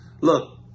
Look